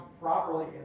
properly